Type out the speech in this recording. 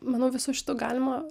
manau visu šitu galima